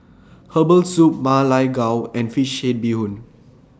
Herbal Soup Ma Lai Gao and Fish Head Bee Hoon